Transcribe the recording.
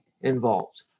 involved